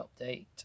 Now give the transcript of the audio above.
update